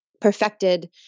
perfected